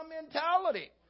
mentality